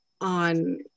on